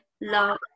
love